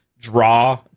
draw